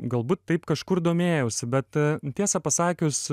galbūt taip kažkur domėjausi bet tiesą pasakius